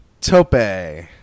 Tope